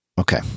Okay